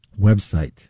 website